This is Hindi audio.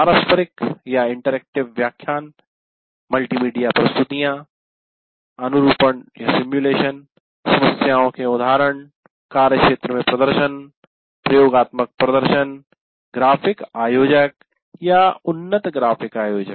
पारस्परिक इंटरएक्टिव व्याख्यान मल्टीमीडिया प्रस्तुतियाँ अनुरूपण सिमुलेशन समस्याओंप्रश्नों के उदाहरण कार्यक्षेत्र में प्रदर्शन प्रयोगात्मक प्रदर्शन ग्राफिक आयोजक या उन्नत ग्राफिक आयोजक